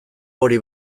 hori